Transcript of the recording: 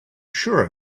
sure